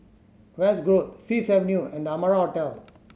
West Grove Fifth Avenue and The Amara Hotel